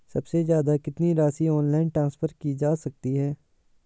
सबसे ज़्यादा कितनी राशि ऑनलाइन ट्रांसफर की जा सकती है?